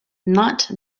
not